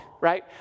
right